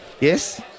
Yes